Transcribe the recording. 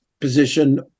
position